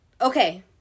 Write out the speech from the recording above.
Okay